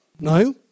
No